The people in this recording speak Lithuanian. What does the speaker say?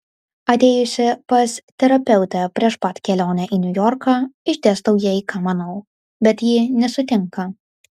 atėjusi pas terapeutę prieš pat kelionę į niujorką išdėstau jai ką manau bet ji nesutinka